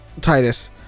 Titus